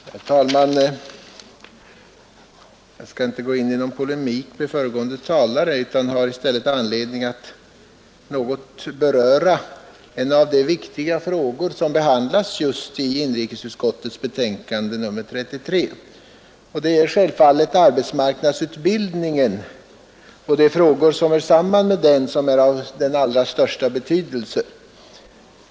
Herr talman! Jag skall inte gå in i någon polemik med föregående talare utan har i stället anledning att något beröra en av de viktiga frågor som behandlas i inrikesutskottets betänkande nr 33, nämligen arbetsmarknadsutbildningen. Arbetsmarknadsutbildningen och de frågor som hör samman med den är självfallet av den allra största betydelse.